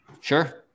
Sure